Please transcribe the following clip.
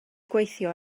gweithio